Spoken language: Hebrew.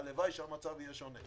והלוואי שהמצב יהיה שונה.